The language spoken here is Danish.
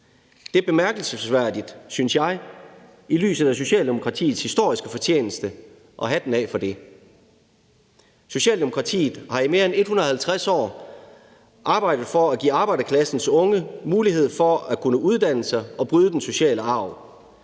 Det er bemærkelsesværdigt, synes jeg, i lyset af Socialdemokratiets historiske fortjeneste, og hatten af for det. Socialdemokratiet har i mere end 150 år arbejdet for at give arbejderklassens unge mulighed for at kunne uddanne sig og bryde den sociale arv.